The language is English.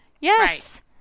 Yes